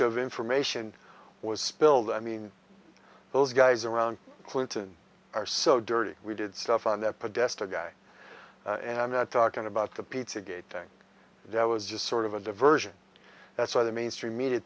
of information was spilled i mean those guys around clinton are so dirty we did stuff on that pedestrian guy talking about the pizza gate tank that was just sort of a diversion that's why the mainstream media